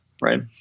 Right